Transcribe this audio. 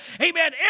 amen